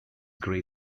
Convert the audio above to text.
grey